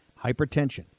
Hypertension